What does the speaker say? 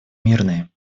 мирной